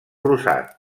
rosat